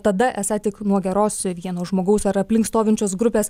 tada esą tik nuo geros vieno žmogaus ar aplink stovinčios grupės